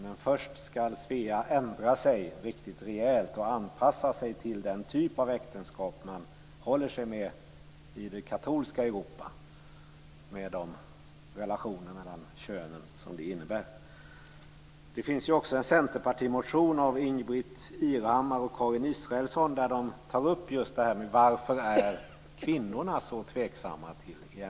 Men först skall Svea ändra sig riktigt rejält och anpassa sig till den typ av äktenskap man håller sig med i det katolska Europa med de relationer mellan könen som det innebär. Det finns också en centerpartimotion av Ingbritt Irhammar och Karin Israelsson där de tar upp just det här med varför kvinnorna är så tveksamma till EMU.